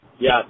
Yes